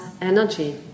energy